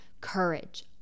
Courage